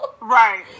Right